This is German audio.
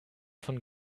von